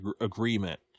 agreement